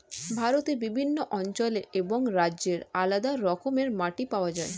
ভারতের বিভিন্ন অঞ্চলে এবং রাজ্যে আলাদা রকমের মাটি পাওয়া যায়